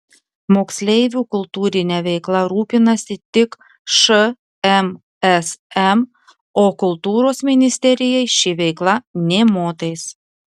moksleivių kultūrine veikla rūpinasi tik šmsm o kultūros ministerijai ši veikla nė motais